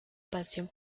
pasión